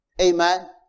Amen